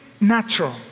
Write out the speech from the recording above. natural